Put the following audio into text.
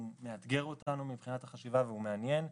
הוא מאתגר אותנו מבחינת החשיבה והוא מעניין,